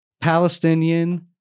Palestinian-